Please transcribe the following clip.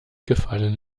gefallen